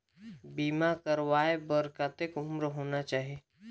बीमा करवाय बार कतेक उम्र होना चाही?